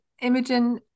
Imogen